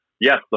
yes